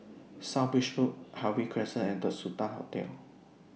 South Bridge Road Harvey Crescent and The Sultan Hotel